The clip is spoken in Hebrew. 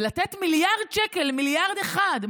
ולתת מיליארד שקל, מיליארד אחד,